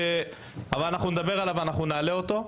אנחנו נדבר עליו ונעלה אותו.